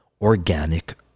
organic